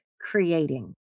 creating